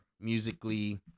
musically